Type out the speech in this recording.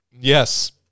Yes